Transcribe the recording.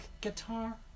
guitar